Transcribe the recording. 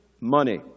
money